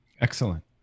excellent